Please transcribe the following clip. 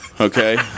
Okay